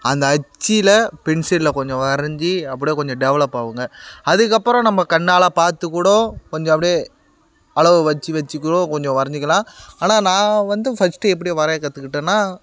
அந்த அச்சில் பென்சிலில் கொஞ்சம் வரைஞ்சு அப்படியே கொஞ்சம் டெவலப் ஆகுங்க அதுக்கப்புறம் நம்ம கண்ணால் பார்த்து கூட கொஞ்சம் அப்படியே அளவு வெச்சு வெச்சு கூட கொஞ்சம் வரைஞ்சிக்கலாம் ஆனால் நான் வந்து ஃபர்ஸ்ட்டு எப்படி வரைய கற்றுக்கிட்டேன்னா